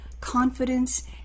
confidence